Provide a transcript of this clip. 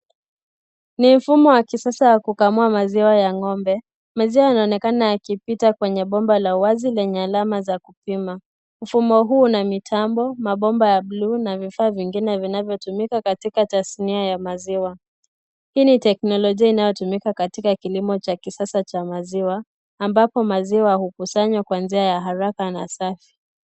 Ni mfumo wa kisasa wa kukamua maziwa ya ng'ombe. Maziwa yanaonekana yakipita kwenye bomba la wazi lenye alama za kupima. Mfumo huu una mitambo, mabomba ya buluu na vifaa vingine vinavyotumika katika tasnia ya maziwa. Hii ni teknolojia inayotumika katika kilimo cha kisasa cha maziwa ambapo maziwa hukusanywa kwa njia ya haraka na safi.